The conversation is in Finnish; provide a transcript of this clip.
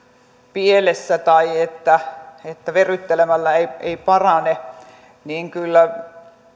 pielessä tai että että verryttelemällä ei parane kyllä